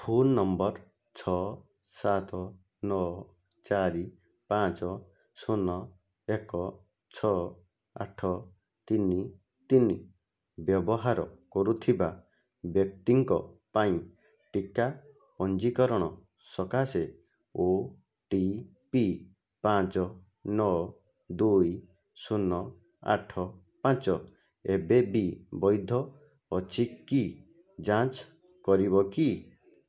phone number ଛଅ ସାତ ନଅ ଚାରି ପାଞ୍ଚ ଶୂନ ଏକ ଛଅ ଆଠ ତିନି ତିନି ବ୍ୟବହାର କରୁଥିବା ବ୍ୟକ୍ତିଙ୍କ ପାଇଁ ଟିକା ପଞ୍ଜୀକରଣ ସକାଶେ ଓ ଟି ପି ପାଞ୍ଚ ନଅ ଦୁଇ ଶୂନ ଆଠ ପାଞ୍ଚ ଏବେବି ବୈଧ ଅଛି କି ଯାଞ୍ଚ କରିବ କି